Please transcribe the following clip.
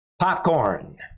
Popcorn